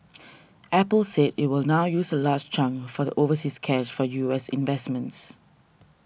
apple said it will now use a large chunk of the overseas cash for U S investments